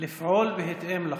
לפעול בהתאם לחוק.